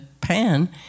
pan